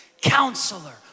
counselor